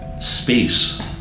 space